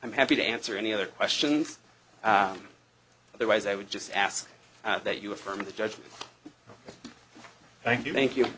i'm happy to answer any other questions otherwise i would just ask that you affirm the judgment thank you thank you